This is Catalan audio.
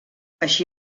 així